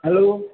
hello